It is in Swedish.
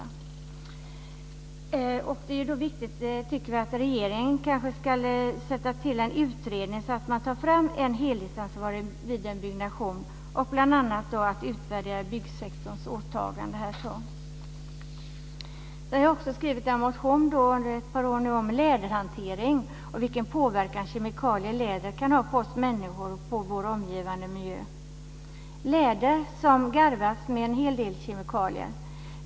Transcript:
Vi tycker att det är viktigt att regeringen tillsätter en utredning så att man tar fram en helhetsansvarig vid en byggnation och utvärderar byggsektorns åtagande. Jag har under ett par år skrivit en motion om läderhantering och vilken påverkan kemikalier och läder kan ha på oss människor och på vår omgivande miljö. Läder garvas med en hel del kemikalier.